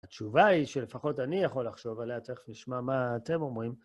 התשובה היא שלפחות אני יכול לחשוב עליה תכף נשמע מה אתם אומרים...